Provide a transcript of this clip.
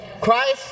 Christ